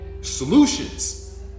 Solutions